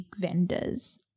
vendors